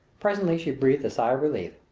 presently she breathed a sigh of relief.